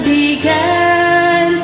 began